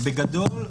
בגדול,